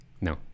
no